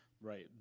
right